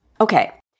Okay